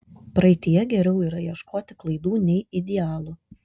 praeityje geriau yra ieškoti klaidų nei idealų